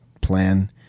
plan